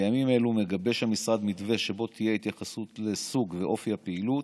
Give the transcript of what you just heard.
בימים אלו מגבש המשרד מתווה שבו תהיה התייחסות לסוג ואופי הפעילות.